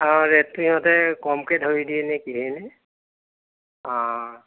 অঁ ৰেটটো ইহঁতে কমকৈ ধৰি দিয়ে নে কিয়েনে অঁ